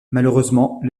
malheureusement